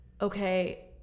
Okay